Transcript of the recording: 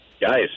guys